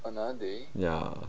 ya